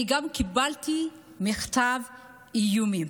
אני גם קיבלתי מכתב איומים.